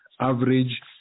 average